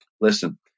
listen